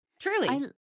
Truly